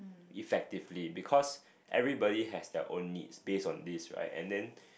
effectively because everybody has their own needs base on this right and then